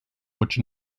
which